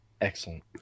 Excellent